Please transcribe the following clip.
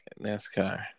NASCAR